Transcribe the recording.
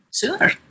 Sure